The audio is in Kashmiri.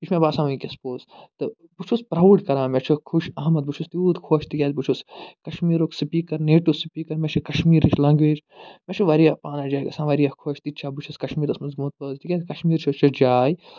یہِ چھُ مےٚ باسان وٕنۍکٮ۪س پوٚز تہٕ بہٕ چھُس پرٛاوُڈ کَران مےٚ چھِ خوش آمد بہٕ چھُس تیوٗت خۄش تِکیٛازِ بہٕ چھُس کشمیٖرُک سِپیٖکر نیٹِو سِپیٖکر مےٚ چھِ کشمیٖرٕچ لنٛگویج مےٚ چھُ وارِیاہ پنٛنہِ جایہِ گَژھان وارِیاہ خۄش تِتہِ چھا بہٕ چھُس کشمیٖرس منٛز گوٚمُت پٲدٕ تِکیٛازِ کشمیٖر چھِ سۄ جاے